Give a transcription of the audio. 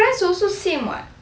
friends also same [what]